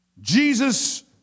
Jesus